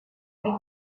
huit